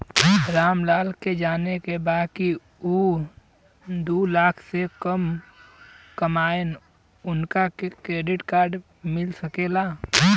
राम लाल के जाने के बा की ऊ दूलाख से कम कमायेन उनका के क्रेडिट कार्ड मिल सके ला?